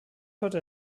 heute